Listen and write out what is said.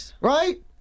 Right